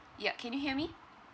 yup can you hear me